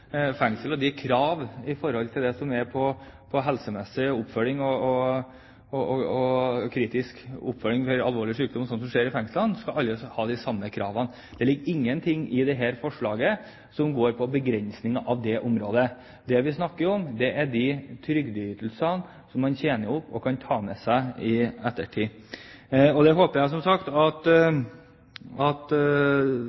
de samme rettigheter til helsemessig oppfølging ved alvorlig sykdom. Det ligger ingenting i dette forslaget som går på begrensninger på det området. Det vi snakker om, er de trygdeytelsene som man tjener opp og kan ta med seg i ettertid. Og jeg håper som sagt at